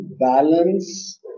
balance